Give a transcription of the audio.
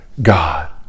God